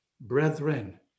Brethren